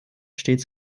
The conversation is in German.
stets